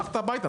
הלכת הביתה,